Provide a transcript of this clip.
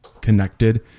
connected